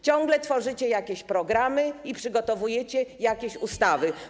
Ciągle tworzycie jakieś programy i przygotowujecie jakieś ustawy.